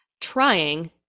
Trying